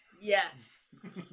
Yes